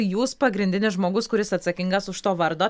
jūs pagrindinis žmogus kuris atsakingas už to vardo